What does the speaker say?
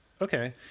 Okay